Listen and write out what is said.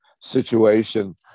situation